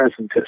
presentist